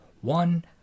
one